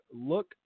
look